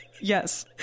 yes